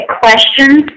questions